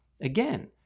Again